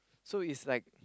so is like